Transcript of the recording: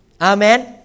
Amen